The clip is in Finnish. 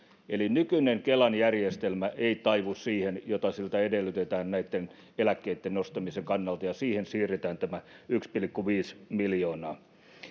eli nykyinen kelan järjestelmä ei taivu siihen mitä siltä edellytetään näitten eläkkeitten nostamisen kannalta ja siihen siirretään tämä yksi pilkku viisi miljoonaa